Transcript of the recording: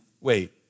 Wait